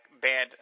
bad